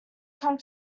come